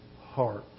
heart